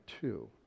two